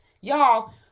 Y'all